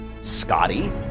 Scotty